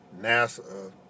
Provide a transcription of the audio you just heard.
nasa